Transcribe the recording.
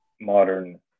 modern